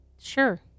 Sure